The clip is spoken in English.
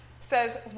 says